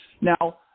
Now